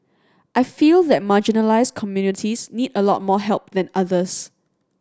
I feel that marginalised communities need a lot more help than others